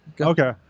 Okay